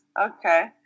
okay